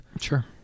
Sure